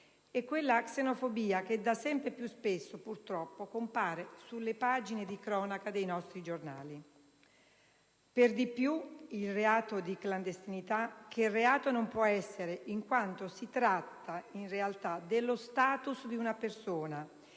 e quella xenofobia che purtroppo sempre più spesso compare sulle pagine di cronaca dei nostri giornali. Per di più, il reato di clandestinità, che reato non può essere in quanto si tratta in realtà dello *status* di una persona